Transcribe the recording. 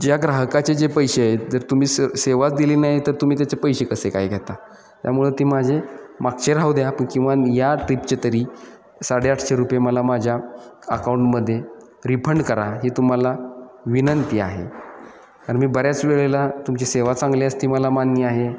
ज्या ग्राहकाचे जे पैसे आहेत जर तुम्ही स सेवाच दिली नाही तर तुम्ही त्याचे पैसे कसे काय घेता त्यामुळं ती माझे मागचे राहू द्या किंवा या ट्रिपचे तरी साडेआठशे रुपये मला माझ्या अकाऊंटमध्ये रिफंड करा ही तुम्हाला विनंती आहे आणि मी बऱ्याच वेळेला तुमची सेवा चांगली असते मला मान्य आहे